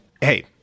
hey